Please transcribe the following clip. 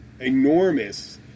enormous